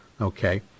Okay